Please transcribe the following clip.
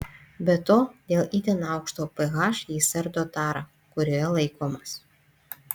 be to dėl itin aukšto ph jis ardo tarą kurioje laikomas